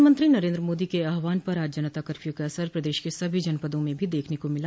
प्रधानमंत्री नरेन्द्र मोदी के आहवान पर आज जनता कर्फ्यू का असर प्रदेश के सभी जनपदों में भी देखने को मिला